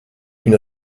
une